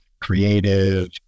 creative